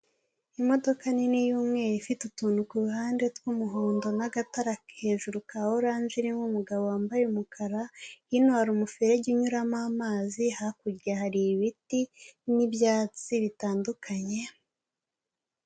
Imodoka nini y'umweru ifite utuntu ku ruhande tw'umuhondo n'agatara hejuru ka oranje irimo umugabo wambaye umukara, hino hari umuferege uyuramo amazi, hakurya hari ibiti n'ibyatsi bitandukanye.